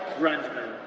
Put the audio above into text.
grundman,